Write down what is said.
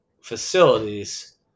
facilities